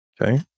Okay